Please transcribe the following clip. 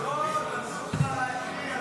אני אנסה להסביר לכם מה היה